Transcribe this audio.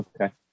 okay